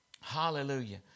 Hallelujah